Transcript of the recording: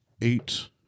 eight